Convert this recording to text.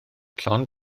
llond